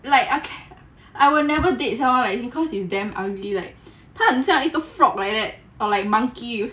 like I will never date someone like him cause he damn ugly leh 他很像一个 frog like that or like monkey